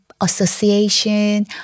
Association